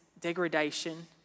degradation